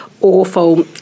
awful